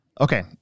Okay